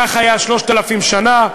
כך היה 3,000 שנה,